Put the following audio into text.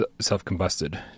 self-combusted